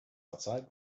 outside